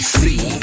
see